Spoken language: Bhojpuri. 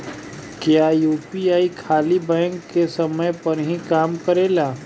क्या यू.पी.आई खाली बैंक के समय पर ही काम करेला?